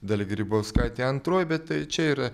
dalia grybauskaitė antroj bet tai čia yra